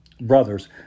brothers